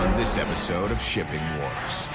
this episode of shipping wars.